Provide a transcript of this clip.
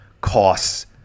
costs